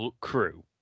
crew